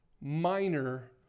minor